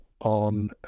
on